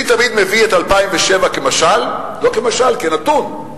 אני תמיד מביא את 2007 כמשל, לא כמשל, כנתון,